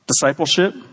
Discipleship